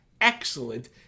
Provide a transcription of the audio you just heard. excellent